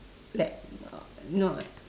like not not